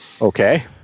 Okay